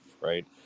right